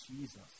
Jesus